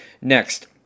next